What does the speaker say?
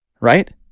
Right